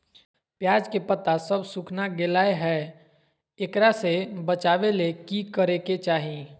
प्याज के पत्ता सब सुखना गेलै हैं, एकरा से बचाबे ले की करेके चाही?